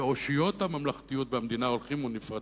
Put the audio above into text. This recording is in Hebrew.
ואושיות הממלכתיות במדינה הולכות ונפרצות.